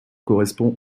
correspond